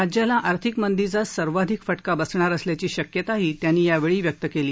राज्याला आर्थिक मंदीचा सर्वाधिक फटका बसणार असल्याची शक्यताही त्यांनी यावेळी व्यक्त केली